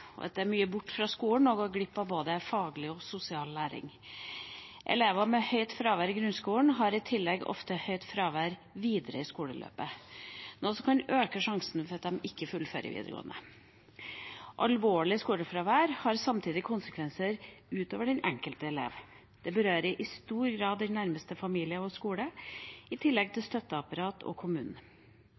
og de som er mye borte fra skolen, går glipp av viktig faglig og sosial læring. Elever med høyt fravær i grunnskolen har i tillegg ofte høyt fravær videre i skoleløpet, noe som kan øke risikoen for at de ikke fullfører videregående. Alvorlig skolefravær har samtidig konsekvenser utover den enkelte elev – det berører i stor grad den nærmeste familien og skolen, i tillegg til støtteapparatet og kommunen.